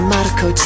Marco